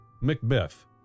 Macbeth